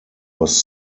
was